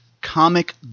comic